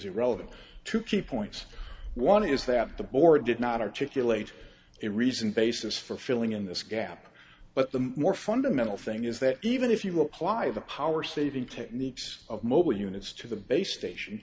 irrelevant two key points one is that the board did not articulate a reason basis for filling in this gap but the more fundamental thing is that even if you apply the power saving techniques of mobile units to the base station